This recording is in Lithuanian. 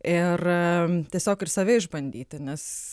ir tiesiog ir save išbandyti nes